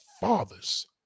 fathers